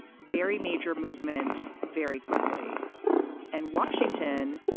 very major movement very quickly and washington,